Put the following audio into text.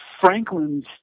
Franklin's